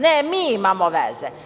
Ne, mi imamo veze.